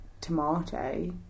tomato